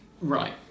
Right